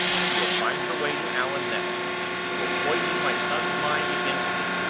she will find her way to allan next she will poison my son's mind against me.